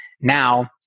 Now